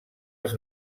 els